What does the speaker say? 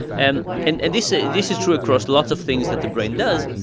and and and this ah this is true across lots of things that the brain does.